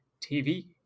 TV